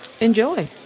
enjoy